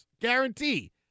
Guarantee